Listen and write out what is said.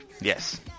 Yes